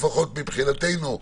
לפחות מבחינתנו,